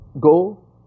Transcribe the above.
go